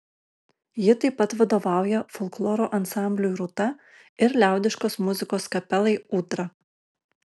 ji taip pat vadovauja folkloro ansambliui rūta ir liaudiškos muzikos kapelai ūdra